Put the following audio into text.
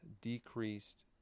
decreased